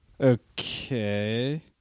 Okay